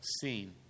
seen